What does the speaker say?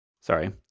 Sorry